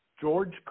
George